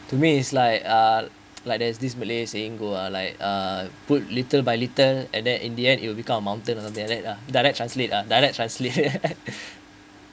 to me is like uh like there's this malay saying go uh like uh put little by little and then in the end it will become a mountain or something like that lah direct translate uh direct translate